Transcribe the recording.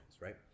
Right